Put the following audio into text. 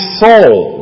soul